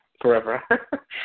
forever